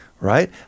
right